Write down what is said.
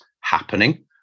happening